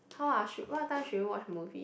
how ah sho~ what time should we watch movie